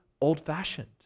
old-fashioned